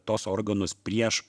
tuos organus prieš